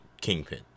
Kingpin